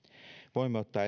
voimme ottaa